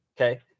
okay